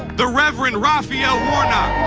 the reverend rafael warnock!